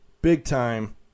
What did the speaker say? Big-time